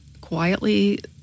quietly